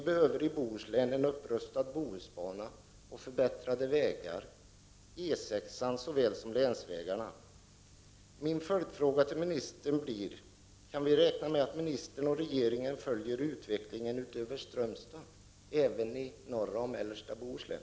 Vi behöver i Bohuslän en upprustad bohusbana och förbättrade vägar, såväl E 6 som länsvägarna. 19 Min följdfråga till ministern blir: Kan vi räkna med att ministern och rege ringen följer utvecklingen i Strömstad och även i norra och mellersta Bohuslän?